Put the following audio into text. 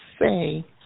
say